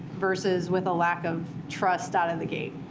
versus with a lack of trust out of the gate.